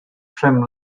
trim